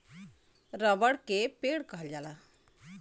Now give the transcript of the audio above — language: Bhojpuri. रबड़ के पेड़ कहल जाला